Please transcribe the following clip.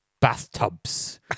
Bathtubs